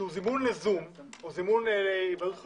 שהוא זימון ל-זום או זימון להיוועדות חזותית,